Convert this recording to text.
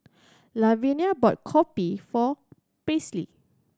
Lavinia bought kopi for Paisley